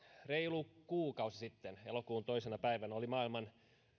reilu kuukausi sitten elokuun toisena päivänä oli maailman